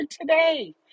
today